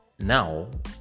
Now